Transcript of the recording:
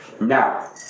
Now